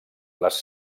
les